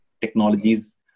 Technologies